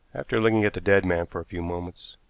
after looking at the dead man for a few moments,